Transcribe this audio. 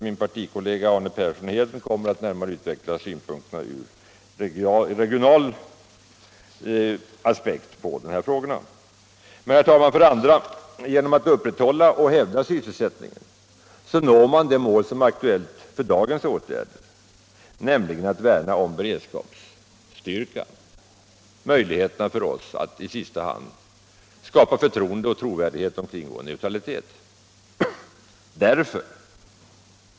Min partikollega herr Persson i Heden kommer att närmare utveckla den saken ur regionalsynpunkt. För det andra når man, genom att upprätthålla och hävda sysselsättningen, det mål som är aktuellt för dagens åtgärder, nämligen att värna om beredskapsstyrkan och i sista hand möjligheterna för oss att skapa förtroende för och trovärdighet kring vår neutralitet.